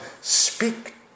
speak